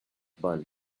bun